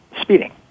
speeding